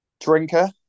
Drinker